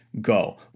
go